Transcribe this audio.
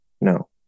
No